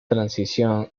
transición